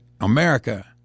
America